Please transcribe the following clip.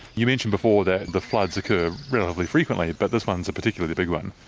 you mentioned before that the floods occur relatively frequently, but this one is a particularly big one.